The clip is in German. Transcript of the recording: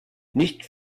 nicht